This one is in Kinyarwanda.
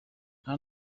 nta